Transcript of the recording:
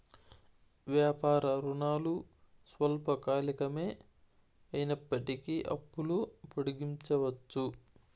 వ్యాపార రుణాలు స్వల్పకాలికమే అయినప్పటికీ అప్పులు పొడిగించవచ్చు